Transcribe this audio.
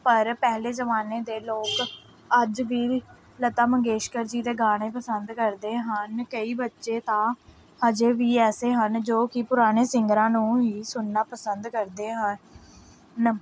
ਪਰ ਪਹਿਲੇ ਜ਼ਮਾਨੇ ਦੇ ਲੋਕ ਅੱਜ ਵੀ ਲਤਾ ਮੰਗੇਸ਼ਕਰ ਜੀ ਦੇ ਗਾਣੇ ਪਸੰਦ ਕਰਦੇ ਹਨ ਕਈ ਬੱਚੇ ਤਾਂ ਅਜੇ ਵੀ ਐਸੇ ਹਨ ਜੋ ਕਿ ਪੁਰਾਣੇ ਸਿੰਗਰਾਂ ਨੂੰ ਹੀ ਸੁਣਨਾ ਪਸੰਦ ਕਰਦੇ ਹਨ